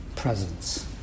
Presence